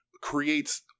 creates